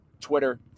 Twitter